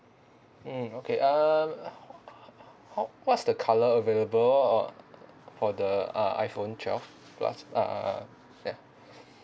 mm okay um h~ how what's the colour available uh for the uh iphone twelve plus ah ah ah ya